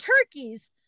turkeys